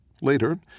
Later